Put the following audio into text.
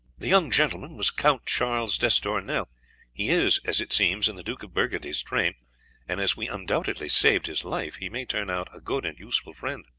the young gentleman was count charles d'estournel he is, as it seems, in the duke of burgundy's train and as we undoubtedly saved his life, he may turn out a good and useful friend.